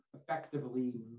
effectively